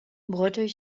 breteuil